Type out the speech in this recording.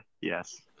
Yes